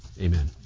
Amen